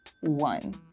one